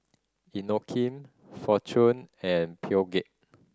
Inokim Fortune and Peugeot